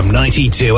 92